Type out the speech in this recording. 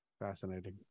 Fascinating